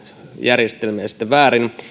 järjestelmiä käyttää väärin